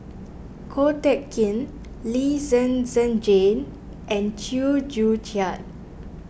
Ko Teck Kin Lee Zhen Zhen Jane and Chew Joo Chiat